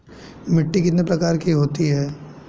मिट्टी कितने प्रकार की होती हैं?